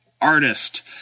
artist